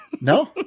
no